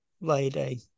lady